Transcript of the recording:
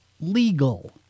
legal